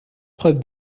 preuve